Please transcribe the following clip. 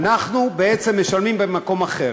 אנחנו בעצם משלמים במקום אחר.